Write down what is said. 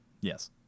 Yes